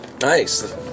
Nice